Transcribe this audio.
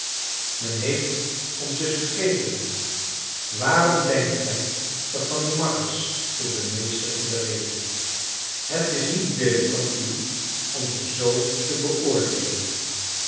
men heeft ons dus vergeten waarom denkt gij dat van uw makkers viel de meester in de rede het is niet billijk van u om ze zoo te beoordeelen